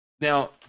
Now